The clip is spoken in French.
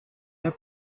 pas